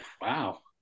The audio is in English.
wow